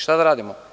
Šta da radimo?